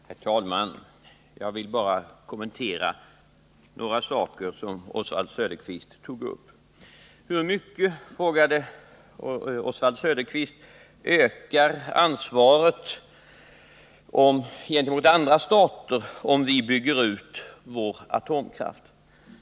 Herr talman! Jag vill bara kommentera några saker som Oswald Söderqvist tog upp. Hur mycket, frågade Oswald Söderqvist, ökar Sveriges ansvar gentemot andra stater om vi bygger ut vår atomkraft?